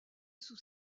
sous